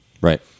Right